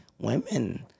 Women